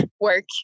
work